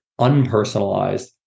unpersonalized